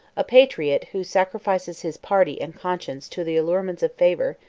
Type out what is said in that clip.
a patriot, who sacrifices his party and conscience to the allurements of favor,